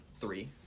three